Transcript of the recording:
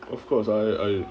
of course I I